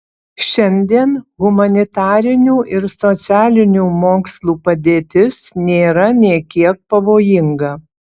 šiandien humanitarinių ir socialinių mokslų padėtis nėra nė kiek pavojinga